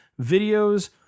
videos